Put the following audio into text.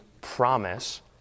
promise